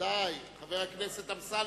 חבר הכנסת אמסלם,